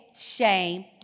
shame